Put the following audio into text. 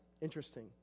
Interesting